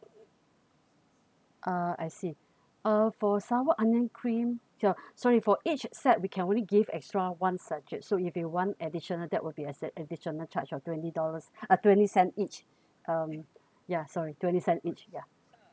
uh I see uh for sour onion cream ya sorry for each set we can only give extra one sachet so if you want additional that will be additional charge of twenty dollars uh twenty cent each um yeah sorry twenty cent each ya